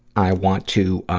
i want to, ah,